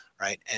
Right